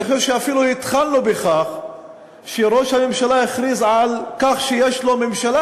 אני חושב שאפילו התחלנו בכך כשראש הממשלה הכריז על כך שיש לו ממשלה,